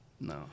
No